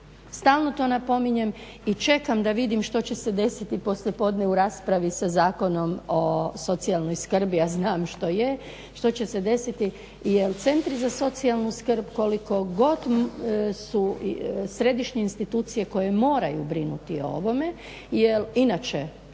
Stalno to napominjem i čekam da vidim što će se desiti poslijepodne u raspravi sa Zakonom o socijalnoj skrbi, a znam što je, što će se desiti. Jer centri za socijalnu skrb koliko god su središnje institucije koje moraju brinuti o ovome jer inače